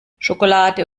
schokolade